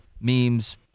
memes